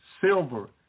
silver